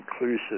inclusive